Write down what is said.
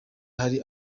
hari